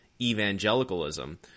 evangelicalism